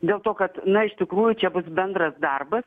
dėl to kad na iš tikrųjų čia bus bendras darbas